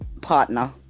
partner